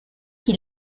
qui